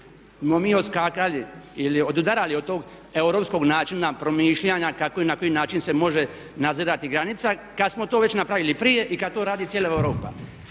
bi mi odskakali ili odudarali od tog europskog načina promišljanja kako i na koji način se može nadzirati granica kad smo to već napravili prije i kad to radi cijela Europa.